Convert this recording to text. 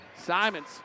Simons